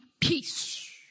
peace